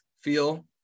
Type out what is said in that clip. feel